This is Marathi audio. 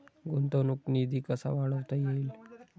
गुंतवणूक निधी कसा वाढवता येईल?